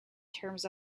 terms